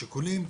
השיקולים,